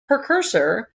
precursor